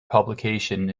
publication